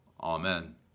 Amen